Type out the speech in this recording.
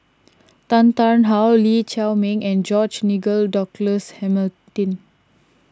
Tan Tarn How Lee Chiaw Meng and George Nigel Douglas Hamilton